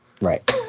Right